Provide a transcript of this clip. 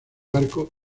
barco